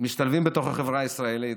משתלבים בתוך החברה הישראלית,